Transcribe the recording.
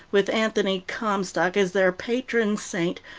with anthony comstock as their patron saint,